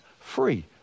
free